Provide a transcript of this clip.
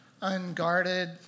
unguarded